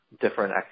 different